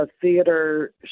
theater